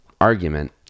argument